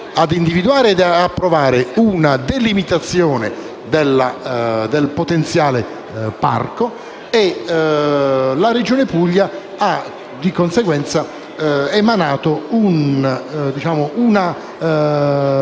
ad individuare ed approvare una delimitazione del potenziale parco e la Regione Puglia ha emanato una